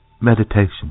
meditation